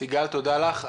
תודה לך.